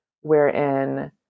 wherein